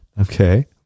okay